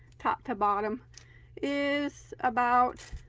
top to bottom is about